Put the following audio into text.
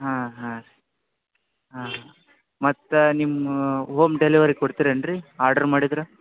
ಹಾಂ ಹಾಂ ಹಾಂ ಮತ್ತೆ ನಿಮ್ಮ ಹೋಮ್ ಡೆಲಿವರಿ ಕೊಡ್ತೀರಾ ಏನು ರೀ ಆರ್ಡರ್ ಮಾಡಿದ್ರೆ